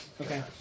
Okay